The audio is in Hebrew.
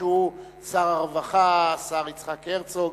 שהוא שר הרווחה השר יצחק הרצוג,